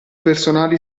personali